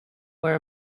were